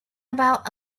about